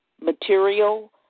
material